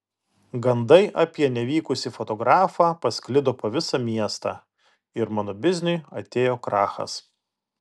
gandai apie nevykusį fotografą pasklido po visą miestą ir mano bizniui atėjo krachas